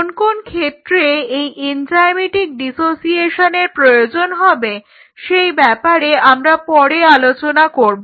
কোন কোন ক্ষেত্রে এনজাইমেটিক ডিসোসিয়েশনের প্রয়োজন হবে সেই ব্যাপারে আমরা পরে আলোচনা করব